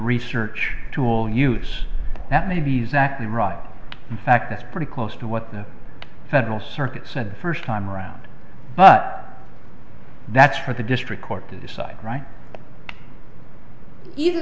research tool use that may be exactly right in fact that's pretty close to what the federal circuit said the first time around but that's for the district court to decide right